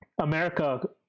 America